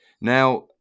Now